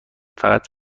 فقط